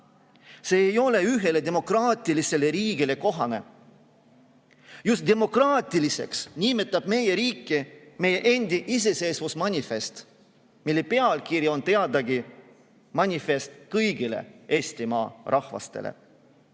See ei ole ühele demokraatilisele riigile kohane. Just demokraatiliseks nimetab meie riiki aga meie endi iseseisvusmanifest, mille pealkiri on teadagi "Manifest kõigile Eestimaa rahvastele".